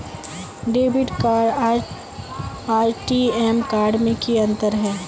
Debit card आर ATM card में की अंतर है?